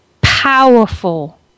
powerful